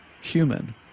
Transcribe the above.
human